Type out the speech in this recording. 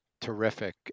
terrific